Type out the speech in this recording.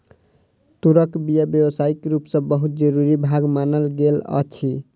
तूरक बीया व्यावसायिक रूप सॅ बहुत जरूरी भाग मानल गेल अछि